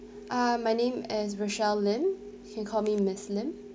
ah my name is rochelle lim can call me miss lim